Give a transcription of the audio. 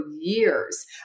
years